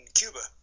cuba